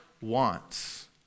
wants